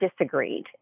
disagreed